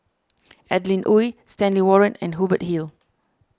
Adeline Ooi Stanley Warren and Hubert Hill